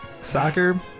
Soccer